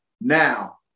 Now